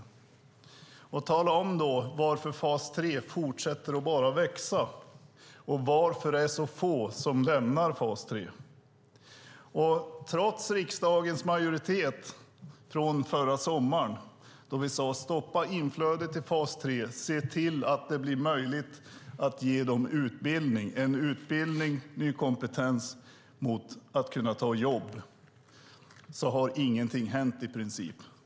Jag vill att hon också talar om varför fas 3 bara fortsätter att växa och varför så få lämnar fas 3. Trots att riksdagens majoritet förra sommaren sade att man skulle stoppa inflödet till fas 3 och se till att det blev möjligt att ge dem i fas 3 utbildning, ny kompetens, för att de ska kunna ta jobb har i princip ingenting hänt.